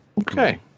Okay